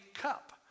cup